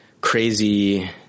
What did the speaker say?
crazy –